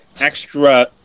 extra